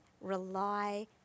rely